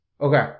Okay